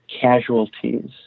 casualties